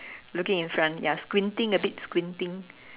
looking in front ya squinting a bit squinting